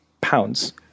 pounds